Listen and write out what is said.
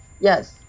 Yes